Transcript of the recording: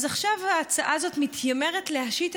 אז עכשיו ההצעה הזאת מתיימרת להפעיל את